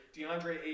DeAndre